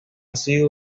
sido